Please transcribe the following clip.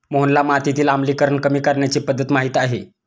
मोहनला मातीतील आम्लीकरण कमी करण्याची पध्दत माहित आहे